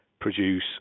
produce